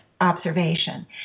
observation